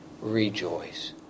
rejoice